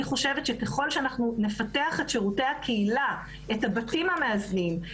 אני חושבת שככל שאנחנו נפתח את שירותי הקהילה - את הבתים המאזנים,